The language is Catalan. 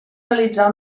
realitzar